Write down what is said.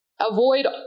avoid